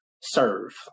serve